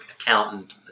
accountant